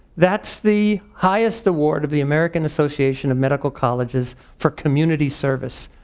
that's the highest award of the american association of medical colleges for community service.